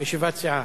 הוא בישיבת סיעה.